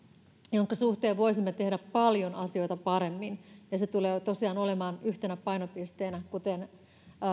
jonka suhteen voisimme tehdä paljon asioita paremmin ja se tulee tosiaan olemaan yhtenä painopisteenä kuten